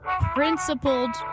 principled